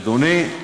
אדוני,